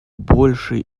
большей